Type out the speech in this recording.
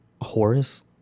Horace